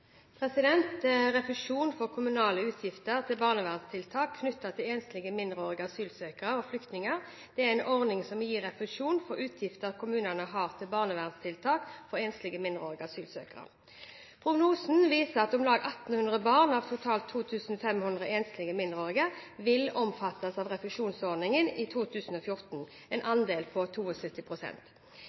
Refusjon for kommunale utgifter til barnevernstiltak knyttet til enslige mindreårige asylsøkere og flyktninger er en ordning som gir refusjon for utgifter kommunene har til barnevernstiltak for enslige mindreårige asylsøkere. Prognosene viser at om lag 1 800 barn av totalt 2 500 enslige mindreårige vil omfattes av refusjonsordningen i 2014 – en andel på